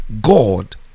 God